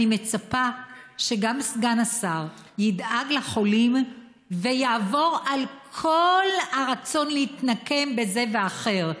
אני מצפה שגם סגן השר ידאג לחולים ויעבור על כל הרצון להתנקם בזה ובאחר,